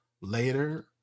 later